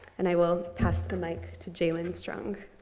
and i will pass the mic to jaylen strong